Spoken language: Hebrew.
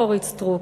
איפה אורית סטרוק?